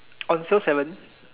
on sale seven